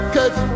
Cause